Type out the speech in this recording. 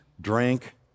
drink